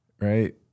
right